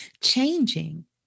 changing